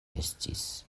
estis